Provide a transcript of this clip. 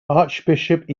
archbishop